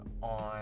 on